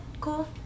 cool